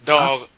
Dog